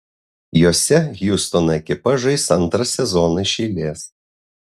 jose hjustono ekipa žais antrą sezoną iš eilės